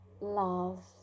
love